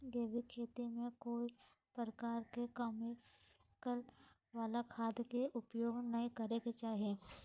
जैविक खेती में कोय प्रकार के केमिकल वला खाद के उपयोग नै करल जा हई